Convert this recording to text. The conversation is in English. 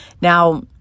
Now